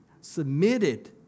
submitted